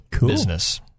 business